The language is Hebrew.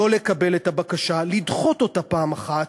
לא לקבל את הבקשה, לדחות אותה פעם אחת,